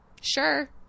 Sure